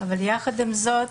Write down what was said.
אבל יחד עם זאת,